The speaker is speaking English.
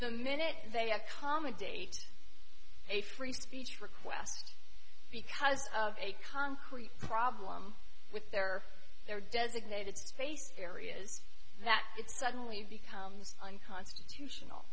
the minute they accommodate a free speech request because of a concrete problem with their their designated space areas that it suddenly becomes unconstitutional